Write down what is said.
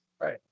right